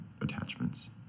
attachments